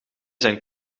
zijn